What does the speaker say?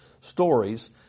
stories